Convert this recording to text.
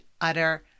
utter